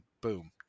boom